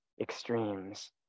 extremes